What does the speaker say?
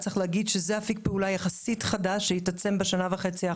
צריך להגיד שזה אפיק פעולה יחסית חדש שהתעצם בשנה וחצי האחרונות.